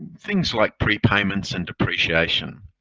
things like prepayments and depreciation.